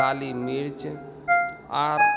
काली मिर्च आओर